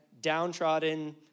downtrodden